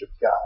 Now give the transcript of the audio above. God